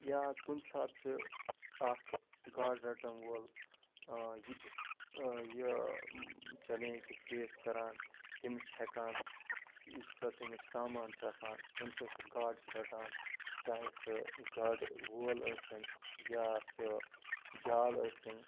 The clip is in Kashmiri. یا کُنہِ ساتہٕ چھِ اکھ گاڈٕ رٹن وول یہِ تہِ یہِ چلینٛج تہِ فیس کَران تٔمِس چھِ ہٮ۪کان سُہ یُس ہَسا تٔمِس سامان چھِ آسان ییٚمہِ سۭتۍ سُہ گاڈٕ چھِ رَٹان چاہے سُہ گاڈٕ وول ٲسِنۍ یا سُہ جال ٲسِنۍ